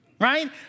Right